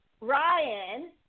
Ryan